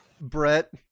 Brett